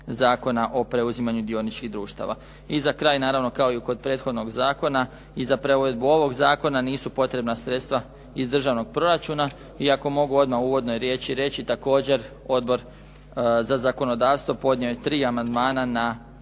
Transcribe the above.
Zakona o preuzimanju dioničkih društava. I za kraj naravno kao i kod prethodnog zakona i za provedbu ovog zakona nisu potrebna sredstva iz državnog proračuna iako mogu odmah u uvodnoj riječi reći također Odbor za zakonodavstvo podnio je tri amandmana na